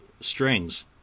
strings